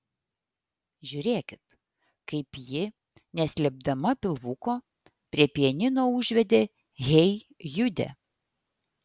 žiūrėkit kaip ji neslėpdama pilvuko prie pianino užvedė hey jude